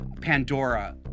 Pandora